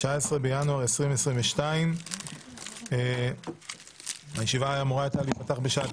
19 בינואר 2022. הישיבה הייתה אמורה להיפתח בשעה